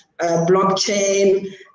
blockchain